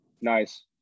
Nice